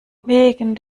wegen